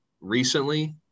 recently